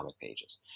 pages